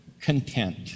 content